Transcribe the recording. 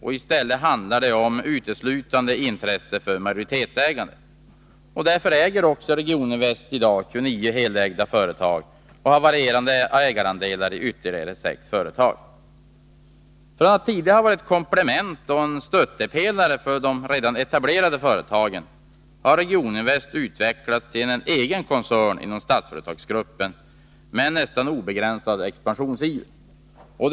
I stället handlar det uteslutande om intresse för majoritetsägande. Därför äger också Regioninvest i dag helt 29 företag. Man har dessutom ägarandelar av varierande storlek i ytterligare 6 företag. Från att tidigare har varit ett komplement till och en stöttepelare för redan etablerade företag har Regioninvest nu utvecklats till en egen koncern inom Statsföretagsgruppen med nästan obegränsad expansionsiver.